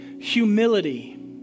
Humility